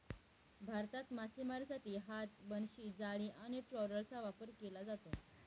भारतात मासेमारीसाठी हात, बनशी, जाळी आणि ट्रॉलरचा वापर केला जातो